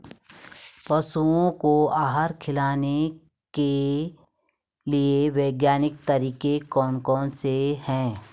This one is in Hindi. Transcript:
पशुओं को आहार खिलाने के लिए वैज्ञानिक तरीके कौन कौन से हैं?